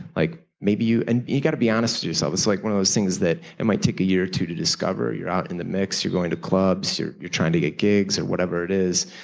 like maybe you and you have to be honest to yourself. it's like one of those things that it might took a year or two to discover, you're out in the mix, you're going to clubs, you're you're trying to get gigs or whatever it is.